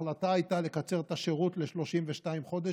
ההחלטה הייתה לקצר את השירות ל-32 חודשים